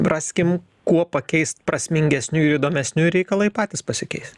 raskim kuo pakeisti prasmingesniu ir įdomesniu reikalai patys pasikeis